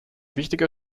wichtiger